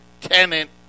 tenant